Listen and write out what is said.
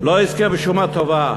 לא יזכה בשום הטבה,